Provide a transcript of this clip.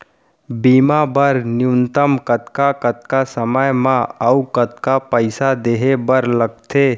बीमा बर न्यूनतम कतका कतका समय मा अऊ कतका पइसा देहे बर लगथे